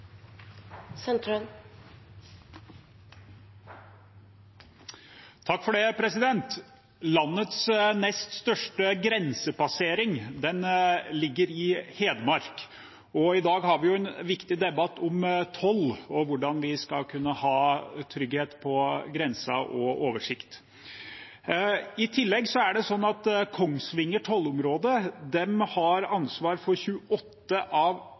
Landets nest største grensepassering ligger i Hedmark. I dag har vi en viktig debatt om toll og om hvordan vi skal kunne ha trygghet på grensa og oversikt. I tillegg er det slik at Kongsvinger tollområde har ansvaret for 28 av